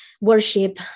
worship